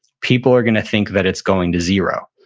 people are going to think that it's going to zero.